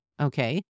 Okay